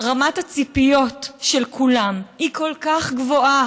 רמת הציפיות של כולם כל כך גבוהה.